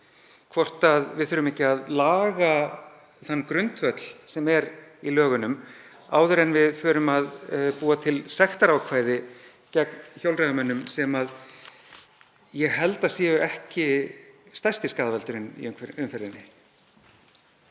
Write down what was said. hvort við þurfum ekki að laga þann grundvöll sem er í lögunum áður en við förum að búa til sektarákvæði gegn hjólreiðamönnum, sem ég held að séu ekki stærsti skaðvaldurinn í umferðinni.